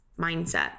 mindset